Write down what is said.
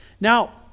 Now